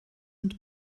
ond